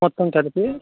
మొత్తం కలిపి